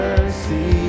Mercy